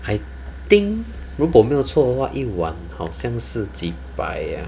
I think 如果没有错的话一晚好像是几百 ah